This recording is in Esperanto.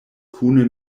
kune